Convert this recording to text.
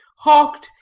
hawked,